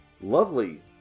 lovely